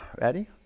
Ready